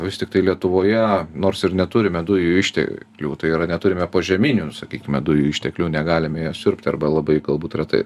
vis tiktai lietuvoje nors ir neturime dujų ište klių tai yra neturime požeminių sakykime dujų išteklių negalime jas siurbti arba labai galbūt retai